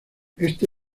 este